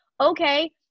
Okay